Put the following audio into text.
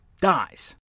dies